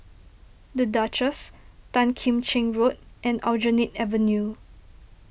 the Duchess Tan Kim Cheng Road and Aljunied Avenue